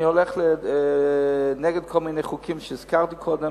הולך נגד כל מיני חוקים שהזכרתי קודם,